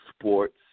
sports